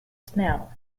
smell